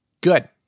Good